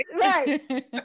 right